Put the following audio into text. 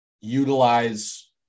utilize